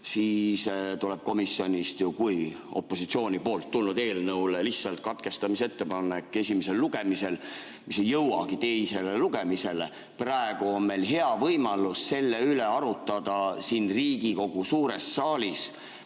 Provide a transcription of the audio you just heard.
siis tuleb ju komisjonist opositsiooni poolt tulnud eelnõule lihtsalt katkestamisettepanek esimesel lugemisel ja see ei jõuagi teisele lugemisele. Praegu on meil hea võimalus selle üle arutada siin Riigikogu suures saalis.